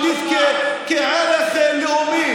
היהודית כערך לאומי.